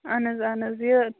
اہن حظ اہن حظ یہِ